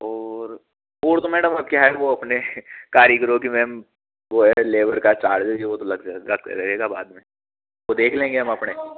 और और तो मैडम अब क्या है वो आपने कारीगरों कि मेम वो है लेबर का चार्ज है वो तो लग ज लगते रहेगा बाद में वो देख लेंगे अपने